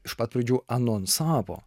iš pat pradžių anonsavo